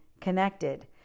connected